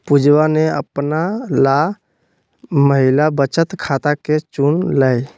पुजवा ने अपना ला महिला बचत खाता के चुन लय